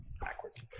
backwards